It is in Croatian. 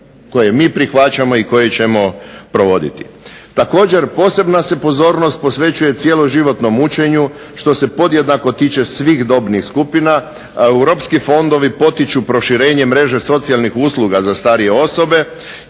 koje mi prihvaćamo i koje ćemo provoditi. Također, posebna se pozornost posvećuje cjeloživotnom učenju što se podjednako tiče svih dobnih skupina. Europski fondovi potiču proširenje mreže socijalnih usluga za starije osobe